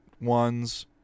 ones